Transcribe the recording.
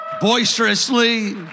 boisterously